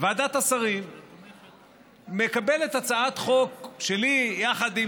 ועדת השרים מקבלת הצעת חוק שלי יחד עם